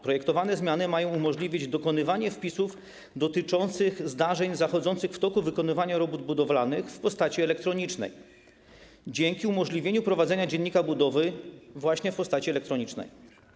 Projektowane zmiany mają umożliwić dokonywanie wpisów dotyczących zdarzeń zachodzących w toku wykonywania robót budowlanych w postaci elektronicznej dzięki umożliwieniu prowadzenia dziennika budowy właśnie w postaci elektronicznej.